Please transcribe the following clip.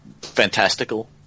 fantastical